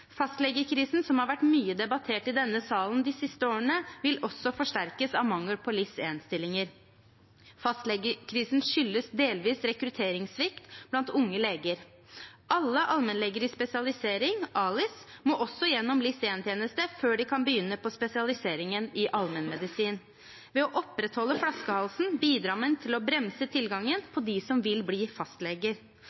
som har vært mye debattert i denne salen de siste årene, vil også forsterkes av mangel på LIS1-stillinger. Fastlegekrisen skyldes delvis rekrutteringssvikt blant unge leger. Alle allmennleger i spesialisering, ALIS, må også gjennom LIS1-tjeneste før de kan begynne på spesialiseringen i allmennmedisin. Ved å opprettholde flaskehalsen bidrar man til å bremse tilgangen